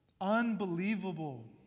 unbelievable